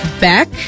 beck